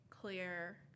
clear